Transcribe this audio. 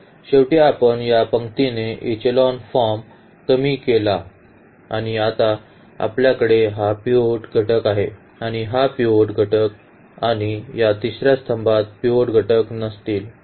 तर शेवटी आपण या पंक्तीने इचेलॉन फॉर्म कमी केला आणि आता आपल्याकडे हा पिव्होट घटक आहे आणि हा पिव्होट घटक आहे आणि या तिसर्या स्तंभात पिव्होट घटक नसतील